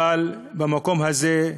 אבל במקום הזה,